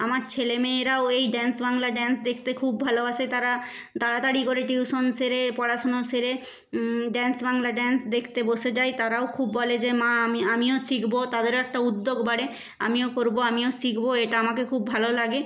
আমার ছেলেমেয়েরাও এই ডান্স বাংলা ডান্স দেখতে খুব ভালোবাসে তারা তাড়াতাড়ি করে টিউশন সেরে পড়াশোনা সেরে ডান্স বাংলা ডান্স দেখতে বসে যায় তারাও খুব বলে যে মা আমি আমিও শিখব তাদেরও একটা উদ্যোগ বাড়ে আমিও করব আমিও শিখব এটা আমাকে খুব ভালো লাগে